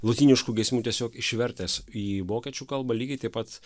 lotyniškų giesmių tiesiog išvertęs į vokiečių kalbą lygiai taip pat